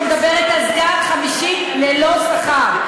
שמדברת על סגן חמישי ללא שכר.